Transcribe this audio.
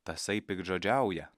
tasai piktžodžiauja